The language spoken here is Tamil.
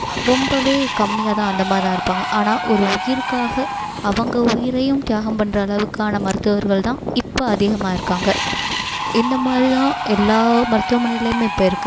ரொம்பவே கம்மியாகதான் அந்த மாதிரிதான் இருப்பாங்க ஆனால் ஒரு உயிருக்காக அவங்க உயிரையும் தியாகம் பண்ணுற அளவுக்கான மருத்துவர்கள் தான் இப்போ அதிகமாக இருக்காங்க இந்த மாதிரிதான் எல்லா மருத்துவமனையிலுமே இப்போ இருக்குது